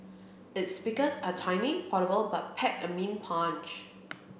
its speakers are tiny portable but pack a mean punch